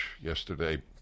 yesterday